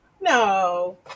No